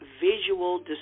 visual